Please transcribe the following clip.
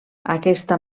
aquesta